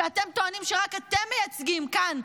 שאתם טוענים שרק אתם מייצגים כאן,